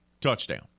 Touchdown